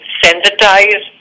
sensitize